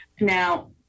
Now